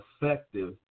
effective